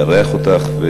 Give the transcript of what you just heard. לארח אותך,